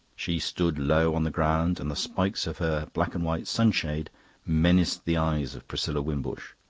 she stood low on the ground, and the spikes of her black-and-white sunshade menaced the eyes of priscilla wimbush,